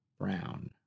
Brown